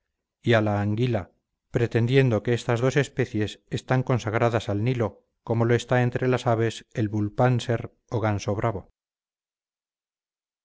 a la anguila pretendiendo que estas dos especies están consagradas al nilo como lo está entre las aves el vulpanser o ganso bravo